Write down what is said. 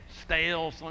stale